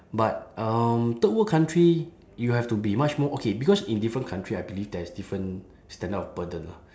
but um third world country you have to be much more okay because in different country I believe there is different standard of burden lah